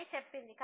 అని చెప్పింది